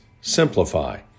Simplify